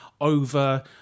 over